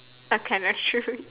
okay that's true